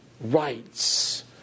rights